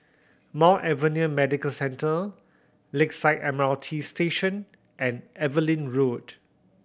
Mount Alvernia Medical Centre Lakeside M R T Station and Evelyn Road